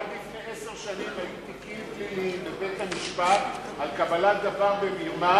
רק לפני עשר שנים היו תיקים פליליים בבית-המשפט על קבלת דבר במרמה